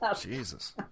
Jesus